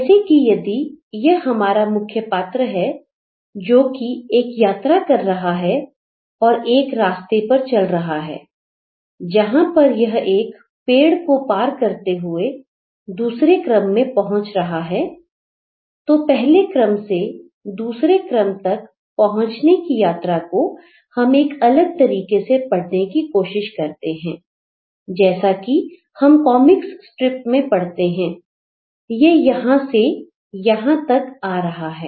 जैसे कि यदि यह हमारा मुख्य पात्र है जोकि एक यात्रा कर रहा है और एक रास्ते पर चल रहा है जहां पर यह एक पेड़ को पार करते हुए दूसरे क्रम में पहुंच रहा है तो पहले क्रम से दूसरे क्रम तक पहुंचने की यात्रा को हम एक अलग तरीके से पढ़ने की कोशिश करते हैं जैसा कि हम कॉमिक स्ट्रिप्स में पढ़ते हैं कि यह यहां से यहां तक आ रहा है